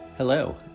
Hello